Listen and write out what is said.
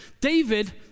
David